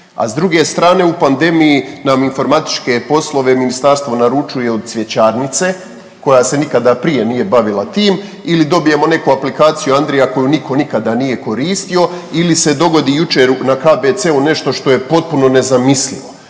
A s druge strane u pandemiji nam informatičke poslove ministarstvo naručuje od cvjećarnice koja se nikada prije nije bavila tim ili dobijemo neku aplikaciju Andrija koju nitko nikada nije koristio ili se dogodi jučer na KBC-u nešto što je potpuno nezamislivo,